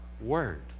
Word